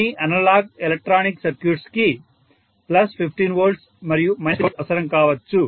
కొన్ని analog electronic circuits కి 15 V మరియు 15 V అవసరం కావచ్చు